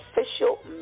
Official